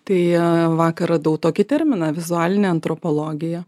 tai vakar radau tokį terminą vizualinę antropologiją